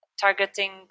targeting